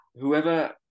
whoever